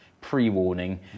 pre-warning